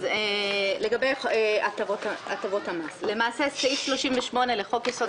לגבי סעיף 38. לגבי הטבות המס למעשה סעיף 38 לחוק-יסוד: